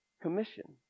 Commission